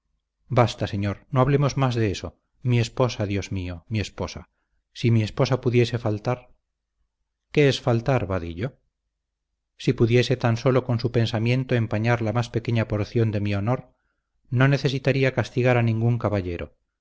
basta señor no hablemos más de eso mi esposa dios mío mi esposa si mi esposa pudiese faltar qué es faltar vadillo si pudiese tan sólo con su pensamiento empañar la más pequeña porción de mi honor no necesitaría castigar a ningún caballero